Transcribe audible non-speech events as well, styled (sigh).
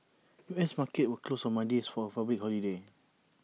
(noise) U S markets were closed on Monday's for A public holiday